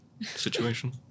situation